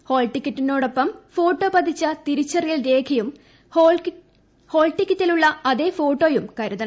ഹാൾടിക്കറ്റിനൊപ്പം photo പതിച്ച തിരിച്ചറിയൽ രേഖയും ഹാൾടിക്കറ്റിലുള്ള അതേ ഫോട്ടോയും കരുതണം